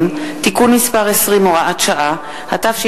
מלר-הורוביץ: 5 הצעות סיעות קדימה ורע"ם-תע"ל חד"ש בל"ד להביע